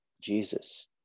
jesus